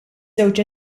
żewġ